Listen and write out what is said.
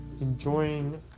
enjoying